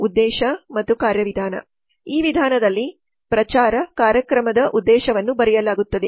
ಉದ್ದೇಶ ಮತ್ತು ಕಾರ್ಯ ವಿಧಾನ ಈ ವಿಧಾನದಲ್ಲಿ ಪ್ರಚಾರ ಕಾರ್ಯಕ್ರಮದ ಉದ್ದೇಶವನ್ನು ಬರೆಯಲಾಗುತ್ತದೆ